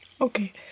Okay